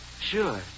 Sure